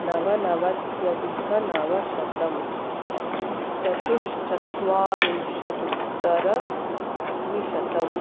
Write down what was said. नवनवत्यधिकनवशतम् चतुश्चत्वारिंशदुत्तरद्विशतम्